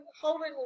holding